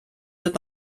wird